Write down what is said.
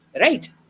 right